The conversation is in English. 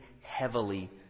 heavily